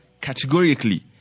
categorically